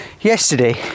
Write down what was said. Yesterday